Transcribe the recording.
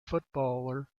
footballer